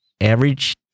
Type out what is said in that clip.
average